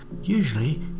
Usually